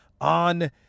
on